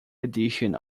edition